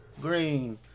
Green